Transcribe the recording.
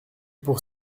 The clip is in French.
pour